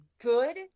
good